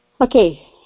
Okay